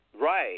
Right